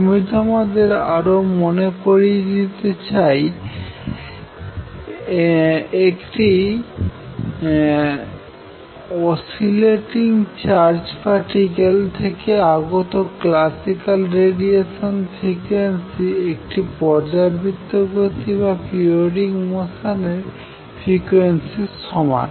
আমি তোমাদের আরো মনে করিয়ে দিতে চাই একটি একটি অসিলেটিং চার্জ পার্টিক্যাল থেকে আগত ক্লাসিক্যাল রেডিয়েশন ফ্রিকোয়েন্সি একটি পর্যাবৃত্ত গতি বা পিরিয়ডিক মোশন এর ফ্রিকোয়েন্সির সমান